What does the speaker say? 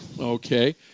Okay